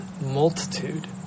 multitude